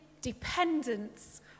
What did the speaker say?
dependence